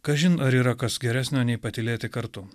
kažin ar yra kas geresnio nei patylėti kartu